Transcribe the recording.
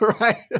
Right